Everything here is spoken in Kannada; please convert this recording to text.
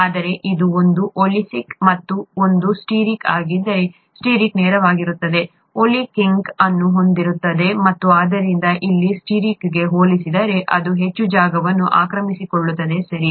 ಆದರೆ ಇದು ಒಂದು ಒಲೀಕ್ ಮತ್ತು ಒಂದು ಸ್ಟಿಯರಿಕ್ ಆಗಿದ್ದರೆ ಸ್ಟಿಯರಿಕ್ ನೇರವಾಗಿರುತ್ತದೆ ಒಲೆಕ್ ಕಿಂಕ್ ಅನ್ನು ಹೊಂದಿರುತ್ತದೆ ಮತ್ತು ಆದ್ದರಿಂದ ಇಲ್ಲಿ ಸ್ಟಿಯರಿಕ್ಗೆ ಹೋಲಿಸಿದರೆ ಅದು ಹೆಚ್ಚು ಜಾಗವನ್ನು ಆಕ್ರಮಿಸಿಕೊಳ್ಳುತ್ತದೆ ಸರಿ